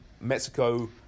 Mexico